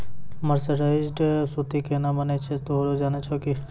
mercerised सूती केना बनै छै तोहों जाने छौ कि